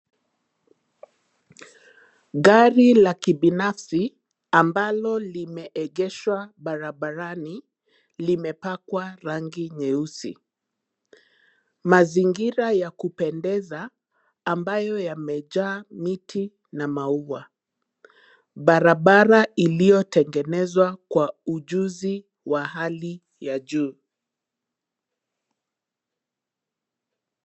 Gari la kibinafsi, ambalo limeegeshwa barabarani, limepakwa rangi nyeusi, mazingira ya kupendeza, ambayo yamejaa miti na maua, barabara iliyotengenezwa kwa ujuzi wa hali ya juu.